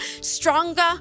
stronger